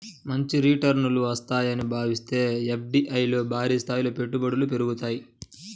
మంచి రిటర్నులు వస్తాయని భావిస్తే ఎఫ్డీఐల్లో భారీస్థాయిలో పెట్టుబడులు పెరుగుతాయి